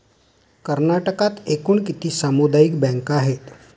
कर्नाटकात एकूण किती सामुदायिक बँका आहेत?